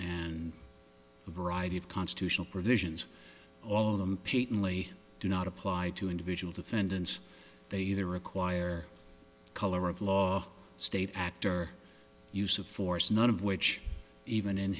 a variety of constitutional provisions all of them pete only do not apply to individual defendants they either require color of law state actor use of force none of which even in